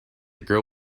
girl